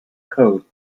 coat